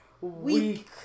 week